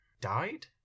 died